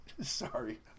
sorry